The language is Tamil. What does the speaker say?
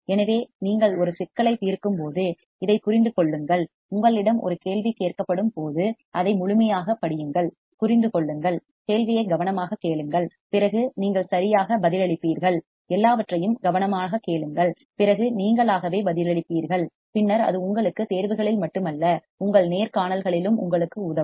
எனவே நீங்கள் ஒரு சிக்கலைத்தீர்க்கும்போது இதைப் புரிந்து கொள்ளுங்கள் உங்களிடம் ஒரு கேள்வி கேட்கப்படும் போது அதை முழுமையாகப் படியுங்கள் புரிந்து கொள்ளுங்கள் கேள்வியை கவனமாகக் கேளுங்கள் பிறகு நீங்கள் சரியாக பதிலளிப்பீர்கள் எல்லாவற்றையும் கவனமாகக் கேளுங்கள் பிறகு நீங்கள் ஆகவே பதிலளிப்பீர்கள் பின்னர் அது உங்களுக்கு தேர்வுகளில் மட்டுமல்ல உங்கள் நேர்காணல்களிலும் உங்களுக்கு உதவும்